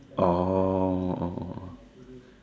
oh oh oh